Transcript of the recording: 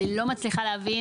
אני עדיין לא מצליחה להבין.